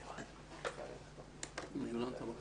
אני מאוד מסכים עם כל